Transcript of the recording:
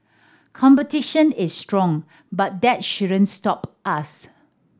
competition is strong but that shouldn't stop us